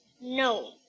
No